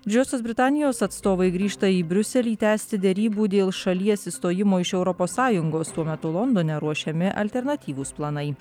didžiosios britanijos atstovai grįžta į briuselį tęsti derybų dėl šalies išstojimo iš europos sąjungos tuo metu londone ruošiami alternatyvūs planai